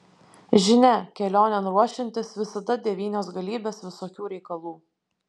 žinia kelionėn ruošiantis visada devynios galybės visokių reikalų